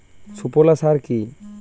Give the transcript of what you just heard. সুফলা সার কি?